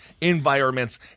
environments